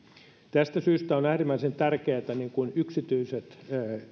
tästä syystä on äärimmäisen tärkeätä että niin kuin yksityiset